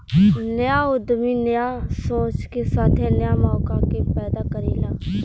न्या उद्यमी न्या सोच के साथे न्या मौका के पैदा करेला